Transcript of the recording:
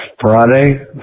Friday